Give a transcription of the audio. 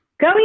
Go